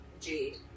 Jade